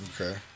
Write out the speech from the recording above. okay